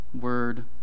word